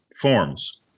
forms